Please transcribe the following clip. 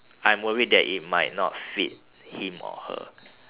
I'm worried that it might not fit him or her